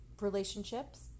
relationships